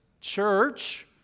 church